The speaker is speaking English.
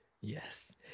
Yes